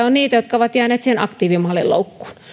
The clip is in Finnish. on niitä jotka ovat jääneet siihen aktiivimallin loukkuun